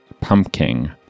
Pumpkin